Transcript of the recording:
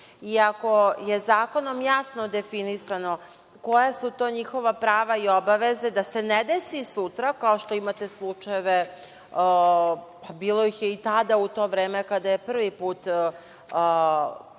ako je zakonom jasno definisano koja su to njihova prava i obaveze, da se ne desi sutra, kao što imate slučajeve, bilo ih je i tada, u to vreme, kada je prvi put započeo